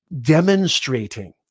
Demonstrating